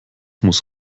muss